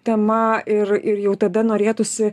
tema ir ir jau tada norėtųsi